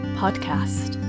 podcast